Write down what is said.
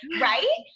right